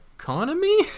Economy